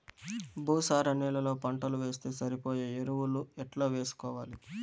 భూసార నేలలో పంటలు వేస్తే సరిపోయే ఎరువులు ఎట్లా వేసుకోవాలి?